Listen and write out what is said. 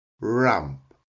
ramp